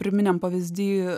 priminėm pavyzdy